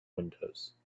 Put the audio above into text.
windows